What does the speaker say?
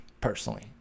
personally